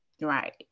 Right